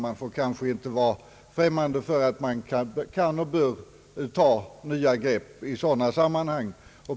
Vi får kanske inte vara främmande för att man kan och bör ta nya grepp i sådana sammanhang.